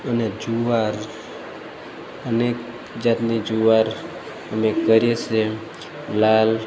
અને જુવાર અનેક જાતની જુવાર અમે કરીએ છીએ લાલ